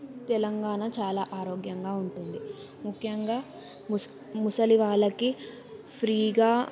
తెలంగాణ చాలా ఆరోగ్యంగా ఉంటుంది ముఖ్యంగా ముస్ ముసలి వాళ్ళకి ఫ్రీగా